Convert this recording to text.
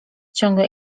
ciągle